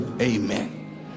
Amen